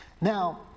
Now